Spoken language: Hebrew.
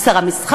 הוא שר המסחר,